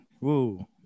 Woo